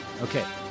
Okay